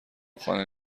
خانه